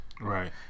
Right